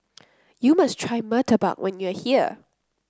you must try murtabak when you are here